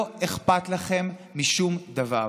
לא אכפת לכם משום דבר.